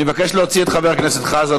אני מבקש להוציא את חבר הכנסת חזן,